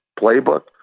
playbook